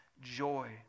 joy